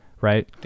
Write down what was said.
right